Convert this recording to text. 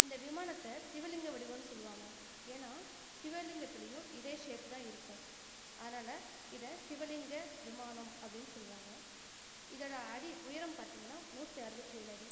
இந்த விமானத்தை சிவலிங்க வடிவம்னு சொல்வாங்க ஏன்னா ஷிவலிங்கத்திலேயும் இதே ஷேப் தான் இருக்கும் அதனால் இதை ஷிவலிங்க விமானம் அப்படின்னு சொல்லுவாங்க இதோட அடி உயரம் பார்த்தீங்கன்னா நூற்றி அறுவத்தேழடி